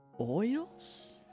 Oils